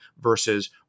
versus